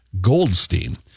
Goldstein